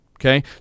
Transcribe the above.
Okay